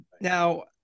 Now